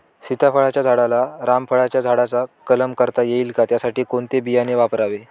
सीताफळाच्या झाडाला रामफळाच्या झाडाचा कलम करता येईल का, त्यासाठी कोणते बियाणे वापरावे?